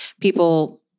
people